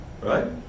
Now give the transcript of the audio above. Right